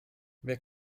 wer